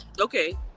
Okay